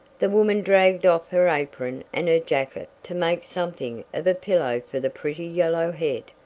the woman dragged off her apron and her jacket to make something of a pillow for the pretty yellow head,